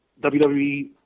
WWE